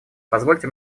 позвольте